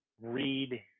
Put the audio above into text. read